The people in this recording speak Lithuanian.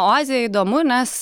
o azija įdomu nes